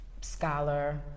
Scholar